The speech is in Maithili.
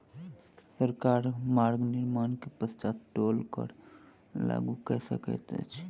सरकार मार्ग निर्माण के पश्चात टोल कर लागू कय सकैत अछि